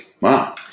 Wow